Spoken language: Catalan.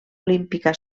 olímpica